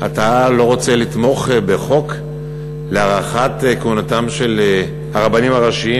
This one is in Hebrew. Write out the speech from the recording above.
אתה לא רוצה לתמוך בחוק להארכת כהונתם של הרבנים הראשיים?